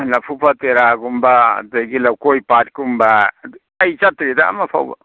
ꯂꯐꯨꯄꯥꯠ ꯇꯦꯔꯥꯒꯨꯝꯕ ꯑꯗꯒꯤ ꯂꯧꯀꯣꯏꯄꯥꯠ ꯀꯨꯝꯕ ꯑꯩ ꯆꯠꯇ꯭ꯔꯤꯗ ꯑꯃ ꯐꯥꯎꯕ